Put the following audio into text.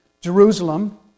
Jerusalem